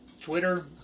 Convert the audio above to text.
Twitter